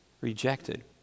rejected